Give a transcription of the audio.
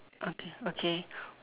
okay okay